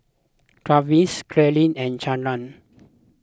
Travis Clarine and Charlene